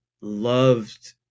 loved